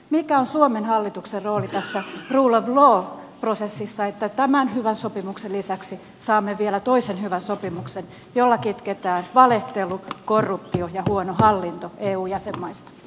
mikä on suomen hallituksen rooli tässä rule of law prosessissa jotta tämän hyvän sopimuksen lisäksi saamme vielä toisen hyvän sopimuksen jolla kitketään valehtelu korruptio ja huono hallinto eun jäsenmaista